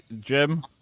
Jim